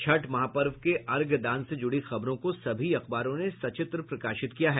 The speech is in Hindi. छठ महापर्व के अर्घ्य दान से जुड़ी खबरों को सभी अखबारों ने सचित्र प्रकाशित किया है